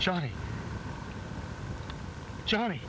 johnny johnny